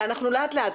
לאט לאט.